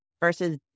versus